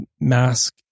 mask